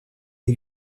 les